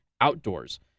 outdoors